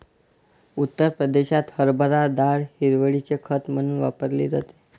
उत्तर प्रदेशात हरभरा डाळ हिरवळीचे खत म्हणून वापरली जाते